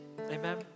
Amen